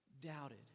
doubted